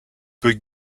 peut